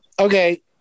Okay